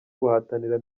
guhatanira